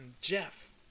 Jeff